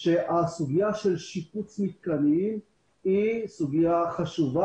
שהסוגיה של שיפוץ מתקנים היא סוגיה חשובה.